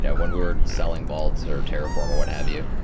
yeah when we were selling vault or terraform or what have you,